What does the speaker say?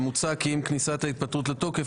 מוצע כי עם כניסת ההתפטרות לתוקף,